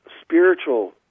spiritual